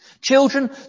children